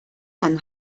dann